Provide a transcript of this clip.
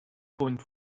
point